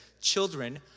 children